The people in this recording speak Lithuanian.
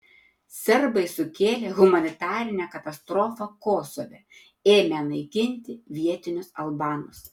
serbai sukėlė humanitarinę katastrofą kosove ėmę naikinti vietinius albanus